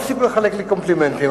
תפסיקו לחלק לי קומפלימנטים.